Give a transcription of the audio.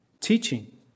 teaching